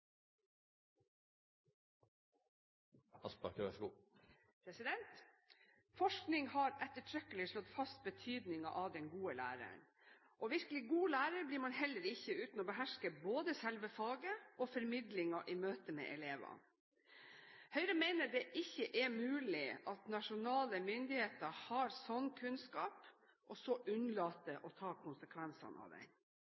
har ettertrykkelig slått fast betydningen av den gode læreren. En virkelig god lærer blir man heller ikke uten å beherske både selve faget og formidlingen i møte med elevene. Høyre mener det ikke er mulig at nasjonale myndigheter har slik kunnskap, og så unnlater